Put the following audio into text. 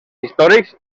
històrics